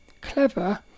clever